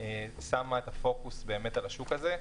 שמה את הפוקוס על השוק הזה.